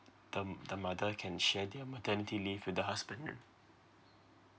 the um the mother can share their maternity leave with the husband